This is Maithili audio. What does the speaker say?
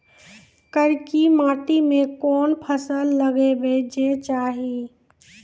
करकी माटी मे कोन फ़सल लगाबै के चाही?